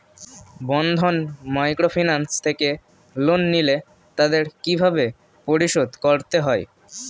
বন্ধন microfinance থেকে loan নিলে তাদের কিভাবে পরিশোধ করতে হয়?